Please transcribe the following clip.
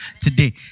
today